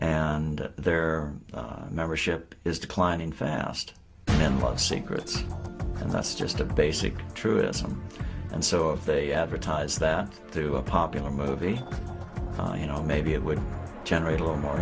and their membership is declining fast and love secrets and that's just a basic truism and so if they advertise that through a popular movie you know maybe it would generate a little more